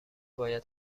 باید